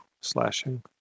slashing